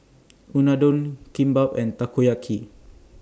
Unadon Kimbap and Takoyaki